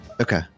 okay